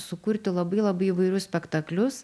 sukurti labai labai įvairus spektaklius